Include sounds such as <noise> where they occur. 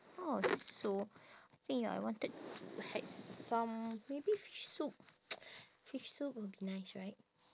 so I think ya I wanted to have some maybe fish soup <noise> fish soup will be nice right